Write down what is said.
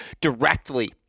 directly